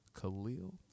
khalil